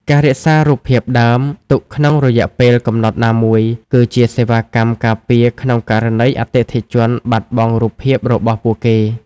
ការរក្សារូបភាពដើម ទុកក្នុងរយៈពេលកំណត់ណាមួយ គឺជាសេវាកម្មការពារក្នុងករណីអតិថិជនបាត់បង់រូបភាពរបស់ពួកគេ។